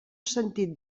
sentit